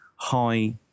high